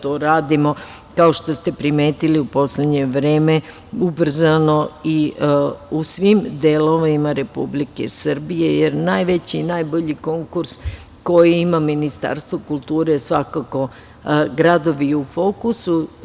To radimo, kao što ste primetili u poslednje vreme, ubrzano i u svim delovima Republike Srbije, jer najveći i najbolji konkurs koje ima Ministarstvo kulture svakako su gradovi u fokusu.